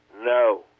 No